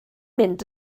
mynd